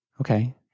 Okay